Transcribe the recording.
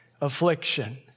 Affliction